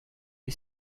est